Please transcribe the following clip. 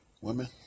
Women